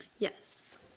Yes